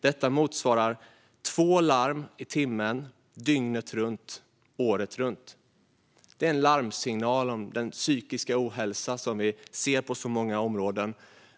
Detta motsvarar två larm i timmen, dygnet runt, året runt. Det är en larmsignal om den psykiska ohälsa som vi ser på så många områden.